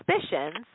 suspicions